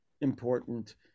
important